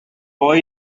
poi